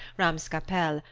ramscappelle,